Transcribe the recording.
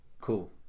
cool